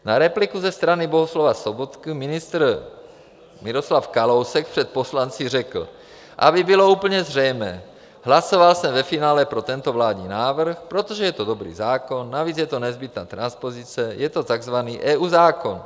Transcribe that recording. Na repliku ze strany Bohuslava Sobotky ministr Miroslav Kalousek před poslanci řekl: Aby bylo úplně zřejmé, hlasoval jsem ve finále pro tento vládní návrh, protože to je dobrý zákon, navíc je to nezbytná transpozice, je to takzvaný EU zákon.